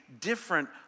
different